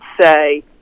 say